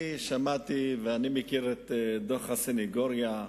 אני שמעתי ואני מכיר את דוח הסניגוריה.